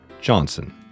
Johnson